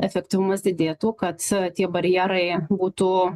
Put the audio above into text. efektyvumas didėtų kad tie barjerai būtų